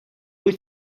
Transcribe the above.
wyt